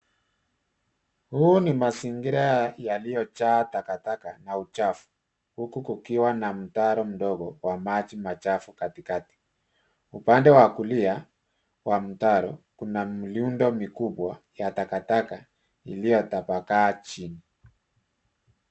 Huu ni mazingira yaliyojaa takataka na uchafu huku kukiwa na mtaro mdogo wa maji machafu katikati. Upande wa kulia wa mtaro, kuna miundo mikubwa ya takataka iliyotapakaa chini.